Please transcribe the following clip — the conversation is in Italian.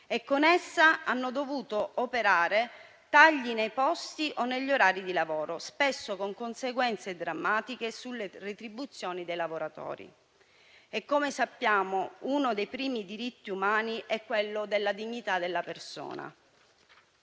e hanno dovuto operare tagli nei posti o negli orari di lavoro, spesso con conseguenze drammatiche sulle retribuzioni dei lavoratori. Come sappiamo, uno dei primi diritti umani è quello della dignità della persona.